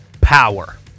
Power